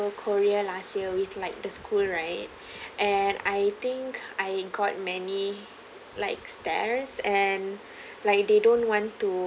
korea last year with like the school right and I think I got many like stares and like they don't want to